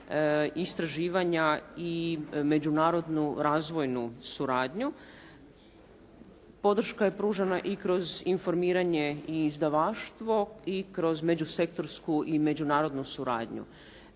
istraživanja i međunarodnu razvojnu suradnju. Podrška je pružena i kroz informiranje i izdavaštvo i kroz međusektorsku i međunarodnu suradnju.